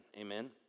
Amen